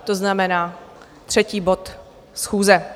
To znamená třetí bod schůze.